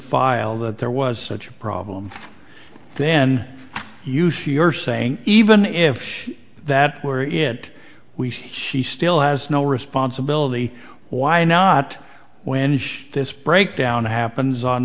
file that there was such a problem then you sure you're saying even if that were it we should she still has no responsibility why not when this breakdown happens on